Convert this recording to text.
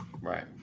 Right